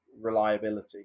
reliability